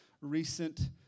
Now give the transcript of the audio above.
recent